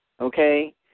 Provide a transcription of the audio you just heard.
okay